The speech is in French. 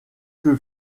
que